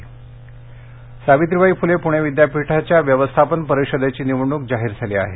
निवडणूक सावित्रीबाई फुले पुणे विद्यापीठाच्या व्यवस्थापन परिषदेची निवडणूक जाहीर झाली आहे